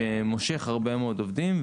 שמושך הרבה מאוד עובדים,